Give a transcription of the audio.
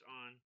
on